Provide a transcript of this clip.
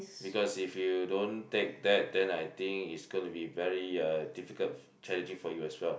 because if you don't take that then I think it's gonna be very uh difficult challenging for you as well